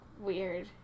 weird